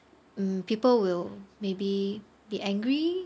people will maybe be angry